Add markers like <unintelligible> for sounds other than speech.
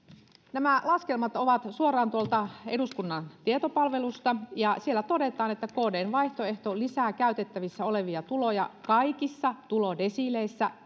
nämä laskelmat ovat suoraan eduskunnan tietopalvelusta ja siellä todetaan että kdn vaihtoehto lisää käytettävissä olevia tuloja kaikissa tulodesiileissä <unintelligible>